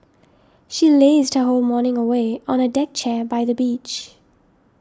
she lazed her whole morning away on a deck chair by the beach